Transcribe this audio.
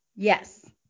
Yes